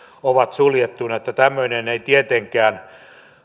suljettuina ja tämmöinen ei tietenkään